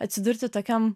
atsidurti tokiam